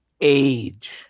age